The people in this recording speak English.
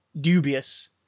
dubious